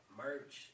merch